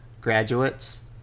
graduates